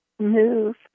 move